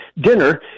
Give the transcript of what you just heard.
dinner